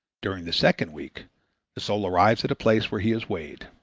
during the second week the soul arrives at a place where he is weighed.